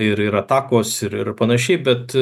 ir ir atakos ir ir panašiai bet